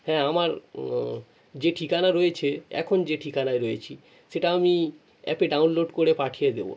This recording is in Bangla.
হ্যাঁ আমার যে ঠিকানা রয়েছে এখন যে ঠিকানায় রয়েছি সেটা আমি অ্যাপে ডাউনলোড করে পাঠিয়ে দেব